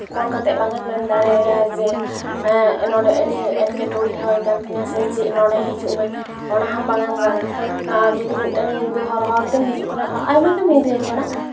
ᱠᱚᱞ ᱠᱟᱛᱮ ᱵᱟᱝ ᱮᱢ ᱞᱟᱹᱭ ᱫᱟᱲᱮᱭᱟᱭᱟ ᱡᱮ ᱱᱚᱰᱮ ᱮᱴᱠᱮᱴᱚᱬᱮ ᱦᱩᱭ ᱠᱟᱱ ᱛᱤᱧᱟ ᱥᱮ ᱪᱮᱫ ᱱᱚᱰᱮ ᱦᱤᱡᱩᱜ ᱢᱮ ᱚᱱᱟᱦᱚᱸ ᱵᱟᱝ ᱮᱢ ᱜᱟᱱᱟ ᱡᱩᱫᱤ ᱢᱤᱫᱴᱟᱱ ᱧᱤᱫᱟᱹ ᱦᱚᱨ ᱦᱚᱨᱛᱮᱢ ᱦᱤᱡᱩᱜ ᱠᱟᱱᱟ ᱟᱭᱢᱟ ᱜᱮᱢ ᱧᱤᱫᱟᱹ ᱠᱟᱱᱟ